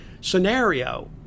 scenario